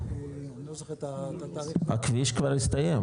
עם --- הכביש כבר הסתיים.